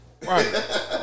right